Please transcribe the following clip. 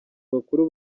bakuru